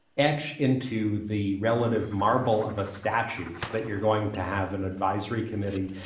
etch into the relative marble of a statute that you're going to have an advisory committee,